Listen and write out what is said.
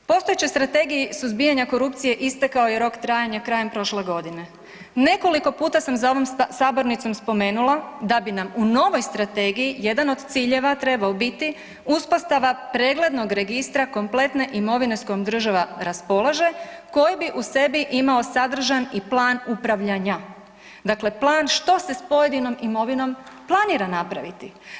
Postojećoj Strategiji suzbijanja korupcije istekao je rok trajanja krajem prošle godine, nekoliko puta sam za ovom sabornicom spomenula da bi nam u novoj strategiji jedan od ciljeva trebao biti uspostava preglednog registra kompletne imovine s kojom država raspolaže koji bi u sebi imao sadržan i plan upravljanja, dakle plan što se s pojedinom imovinom planira napraviti.